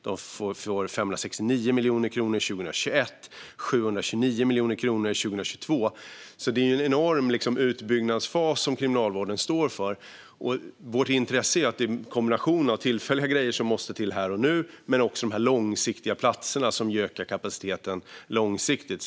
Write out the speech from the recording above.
Man får 569 miljoner kronor 2021 och 729 miljoner kronor 2022. Kriminalvården står i en enorm utbyggnadsfas. Vårt intresse är inriktat på att det är en kombination av tillfälliga saker som måste till här och nu och sådana platser som ökar kapaciteten långsiktigt.